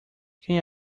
quem